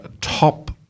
top